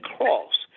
cross